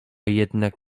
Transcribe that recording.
jednak